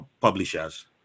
publishers